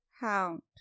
hound